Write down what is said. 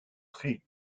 très